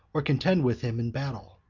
or contend with him in battle.